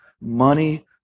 Money